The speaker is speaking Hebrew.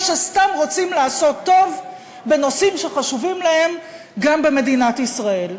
שסתם רוצים לעשות טוב בנושאים שחשובים להם גם במדינת ישראל.